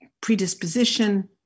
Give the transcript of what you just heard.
predisposition